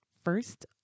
First